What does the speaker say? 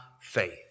faith